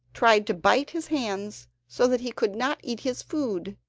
tried to bite his hands, so that he could not eat his food,